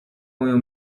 moją